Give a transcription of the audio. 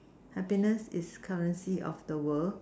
happiness is currency of the world